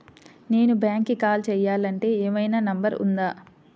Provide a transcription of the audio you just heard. నేను బ్యాంక్కి కాల్ చేయాలంటే ఏమయినా నంబర్ ఉందా?